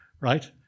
right